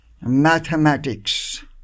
mathematics